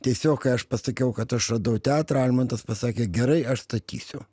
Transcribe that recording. tiesiog kai aš pasakiau kad aš radau teatrą almantas pasakė gerai aš statysiu